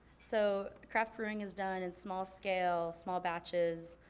so craft brewing is done in small scale, small batches,